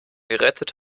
gerettet